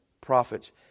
prophets